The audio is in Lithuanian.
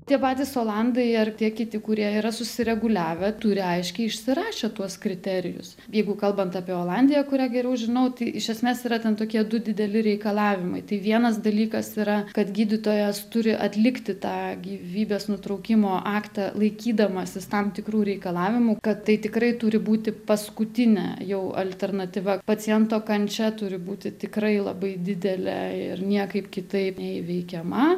tie patys olandai ar tie kiti kurie yra susireguliavę turi aiškiai išsirašę tuos kriterijus jeigu kalbant apie olandiją kuria geriau žinoti iš esmės yra ten tokie du dideli reikalavimai tai vienas dalykas yra kad gydytojas turi atlikti tą gyvybės nutraukimo aktą laikydamasis tam tikrų reikalavimų kad tai tikrai turi būti paskutinė jau alternatyva paciento kančia turi būti tikrai labai didelė ir niekaip kitaip neįveikiama